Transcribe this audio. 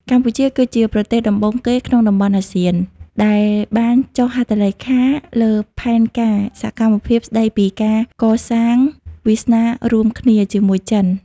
កម្ពុជាគឺជាប្រទេសដំបូងគេក្នុងតំបន់អាស៊ានដែលបានចុះហត្ថលេខាលើផែនការសកម្មភាពស្ដីពីការកសាង "វាសនារួមគ្នា" ជាមួយចិន។